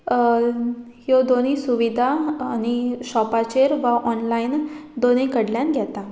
ह्यो दोनी सुविधा आनी शॉपाचेर वा ऑनलायन दोनी कडल्यान घेता